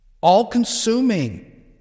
All-consuming